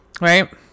Right